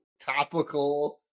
topical